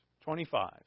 twenty-five